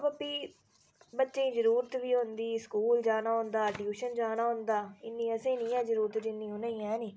अबो भी बच्चे ई जरूरत बी होंदी स्कूल जाना होंदा ट्यूशन जाना होंदा इन्नी असें ई निं ऐ जरूरत जिन्नी उ'नें ई एह् निं